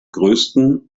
größten